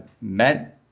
met